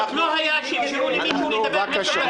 מיקי, עוד לא היה שאישרו למישהו לדבר עשר דקות.